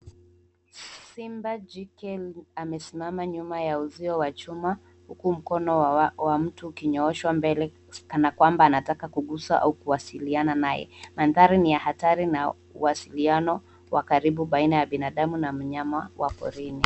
Simba jike amesimama nyuma ya uzio huku mkono wa mtu ukinyooshwa mbele kanakwamba anataka kugusa au kuwasiliana naye. Mandhari ni ya hatari na uwasiliano wa karibu baina ya binadamu na mchama wa porini.